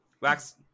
Wax